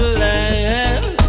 land